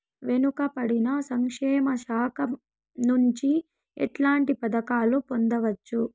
వెనుక పడిన సంక్షేమ శాఖ నుంచి ఎట్లాంటి పథకాలు పొందవచ్చు?